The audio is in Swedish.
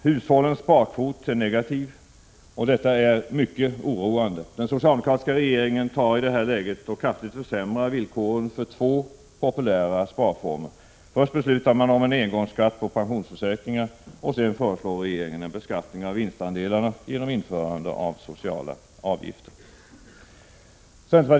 Hushållens sparkvot är negativ, och detta är mycket oroande. Den socialdemokratiska regeringen försämrar i detta läge kraftigt villkoren för två populära sparformer. Först beslutar man om en engångsskatt på pensionsförsäkringar, sedan föreslår regeringen en beskattning av vinstandelarna genom införande av sociala avgifter på dessa.